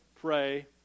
pray